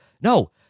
No